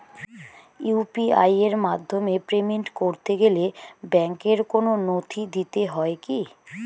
UPI এর মাধ্যমে payment করতে গেলে ব্যাংকের কোন নথি দিতে হয় কি?